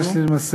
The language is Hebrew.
יש לי למעשה,